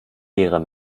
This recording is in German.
leere